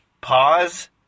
pause-